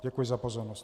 Děkuji za pozornost.